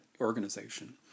organization